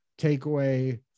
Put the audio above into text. takeaway